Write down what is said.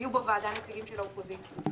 יהיו בוועדה נציגים של האופוזיציה.